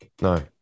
No